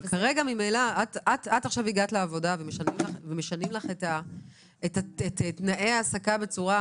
את הגעת עכשיו לעבודה ומשנים לך את תנאי ההעסקה בצורה